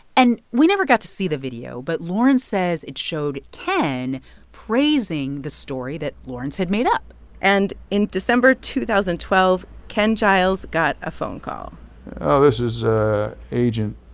and we never got to see the video, but lawrence says it showed ken praising the story that lawrence had made up and in december two thousand and twelve, ken giles got a phone call oh, this is ah agent,